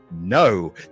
No